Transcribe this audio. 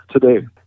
today